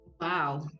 Wow